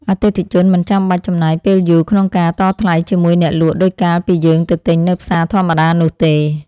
អតិថិជនមិនចាំបាច់ចំណាយពេលយូរក្នុងការតថ្លៃជាមួយអ្នកលក់ដូចកាលពីយើងទៅទិញនៅផ្សារធម្មតានោះទេ។